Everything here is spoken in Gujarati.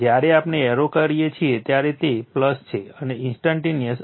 જ્યારે આપણે એરો કરીએ છીએ ત્યારે તે છે અને ઈન્સ્ટંટેનીઅસ આ છે